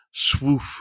swoof